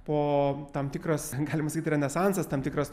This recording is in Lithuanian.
po tam tikras galima sakyt renesansas tam tikras